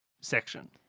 section